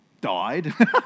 died